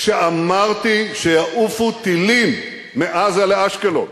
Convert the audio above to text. כשאמרתי שיעופו טילים מעזה לאשקלון,